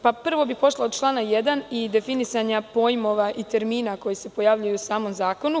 Pošla bih od člana 1. i od definisanja pojmova i termina koji se pojavljuju u samom zakonu.